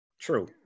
True